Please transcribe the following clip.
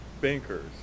bankers